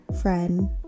friend